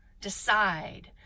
decide